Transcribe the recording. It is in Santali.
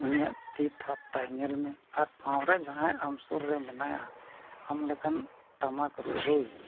ᱩᱱᱤᱭᱟᱜ ᱛᱤ ᱛᱷᱟᱯᱛᱟᱭ ᱧᱮᱞ ᱢᱮ ᱟᱨ ᱥᱟᱶᱨᱮ ᱡᱟᱦᱟᱸᱭ ᱟᱢ ᱥᱩᱨ ᱨᱮ ᱢᱮᱱᱟᱭᱟ ᱟᱢ ᱞᱮᱠᱟᱱ ᱴᱟᱢᱟᱠ ᱨᱩ ᱨᱩᱭᱤᱜ